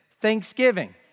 Thanksgiving